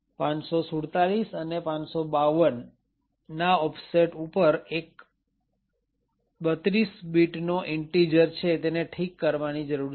547 અને 552 ના ઓફસેટ ઉપર એક 32 bit ઈન્ટીજર ને ઠીક કરવાની જરૂર છે